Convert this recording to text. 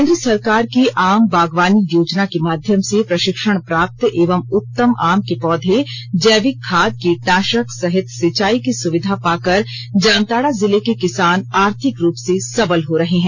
केंद्र सरकार की आम बागवानी योजना के माध्यम से प्रशिक्षण प्राप्त एवं उत्तम आम के पौधे जैविक खाद कीटनाशक सहित सिंचाई की सुविधा पाकर जामताडा जिले के किसान आर्थिक रूप से सबल हो रहे हैं